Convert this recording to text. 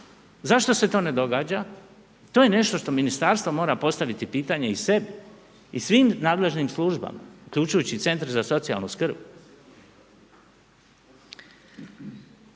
Zašto se to ne događa? To je nešto što ministarstvo mora postaviti pitanje i sebi i svim nadležnim službama uključujući i centre za socijalnu skrb.